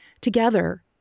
together